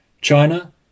China